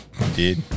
Indeed